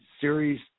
series